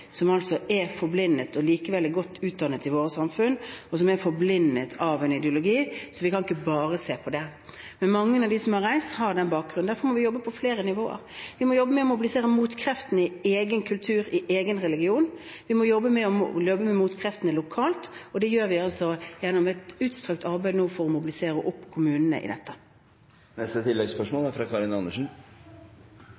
er godt utdannet i vårt samfunn, og som likevel er forblindet av en ideologi. Så vi kan ikke bare se på det. Men mange av dem som har reist, har den bakgrunnen. Derfor må vi jobbe på flere nivåer. Vi må jobbe med å mobilisere motkreftene i egen kultur, i egen religion. Vi må jobbe med motkreftene lokalt, og det gjør vi nå gjennom et utstrakt arbeid for å mobilisere kommunene i dette. Karin Andersen – til oppfølgingsspørsmål. Trusselen fra